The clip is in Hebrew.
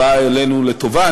הבאה עלינו לטובה,